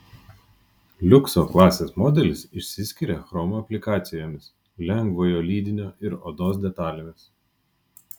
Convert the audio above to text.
liukso klasės modelis išsiskiria chromo aplikacijomis lengvojo lydinio ir odos detalėmis